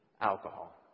Alcohol